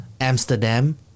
Amsterdam